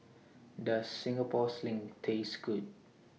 Does Singapore Sling Taste Good